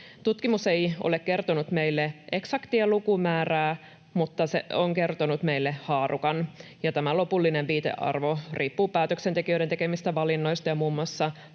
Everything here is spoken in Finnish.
Tutkimus ei ole kertonut meille eksaktia lukumäärää, mutta se on kertonut meille haarukan, ja tämä lopullinen viitearvo riippuu päätöksentekijöiden tekemistä valinnoista ja muun muassa